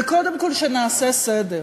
וקודם כול, שנעשה סדר: